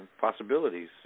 possibilities